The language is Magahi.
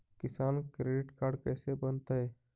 किसान क्रेडिट काड कैसे बनतै?